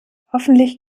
hoffentlich